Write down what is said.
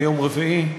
ביום רביעי,